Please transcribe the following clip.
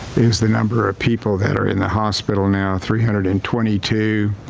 is the number of people that are in the hospital now three hundred and twenty two.